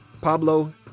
Pablo